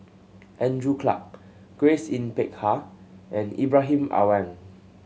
Andrew Clarke Grace Yin Peck Ha and Ibrahim Awang